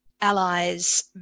allies